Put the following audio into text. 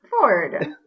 Ford